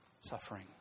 Suffering